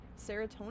Serotonin